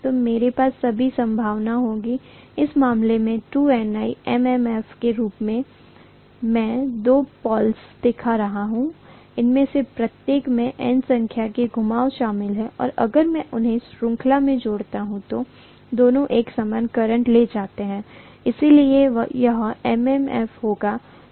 तो मेरे पास सभी संभावना होगी इस मामले में 2Ni MMF के रूप में मैं दो पोलस् दिखा रहा हूं उनमें से प्रत्येक में N संख्या के घुमाव शामिल हैं और अगर मैं उन्हें श्रृंखला में जोड़ता हूं तो दोनों एक समान करंट ले जाते हैं इसलिए यह MMF होगा